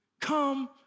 Come